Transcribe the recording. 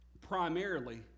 primarily